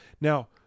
Now